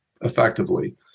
effectively